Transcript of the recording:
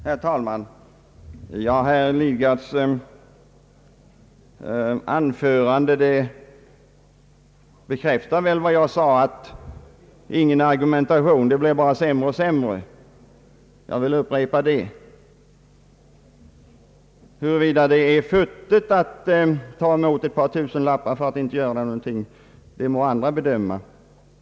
Herr talman! Herr Lidgards anförande bekräftar väl vad jag sade att det är bäst utan någon argumentation från försvarets sida — det blir bara sämre av det. Huruvida det är futtigt att ta emot ett par tusenlappar utan att göra någonting härför, det må andra bedöma.